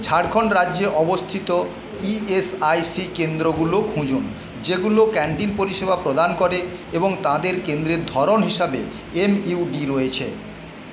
ঝাড়খণ্ড রাজ্যে অবস্থিত ইএসআইসি কেন্দ্রগুলো খুঁজুন যেগুলো ক্যান্টিন পরিষেবা প্রদান করে এবং তাদের কেন্দ্রের ধরন হিসাবে এমইউডি রয়েছে